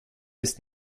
ist